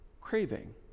Craving